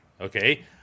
Okay